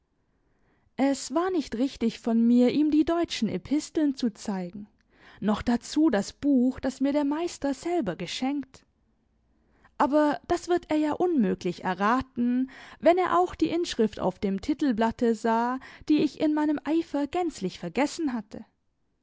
es war nicht richtig von mir ihm die deutschen episteln zu zeigen noch dazu das buch das mir der meister selber geschenkt aber das wird er ja unmöglich erraten wenn er auch die inschrift auf dem titelblatte sah die ich in meinem eifer gänzlich vergessen hatte